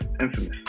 infamous